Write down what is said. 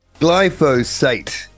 glyphosate